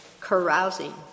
carousing